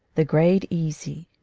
the grade easy.